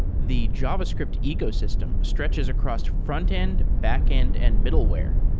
the javascript ecosystem stretches across front-end, back-end and middleware.